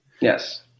Yes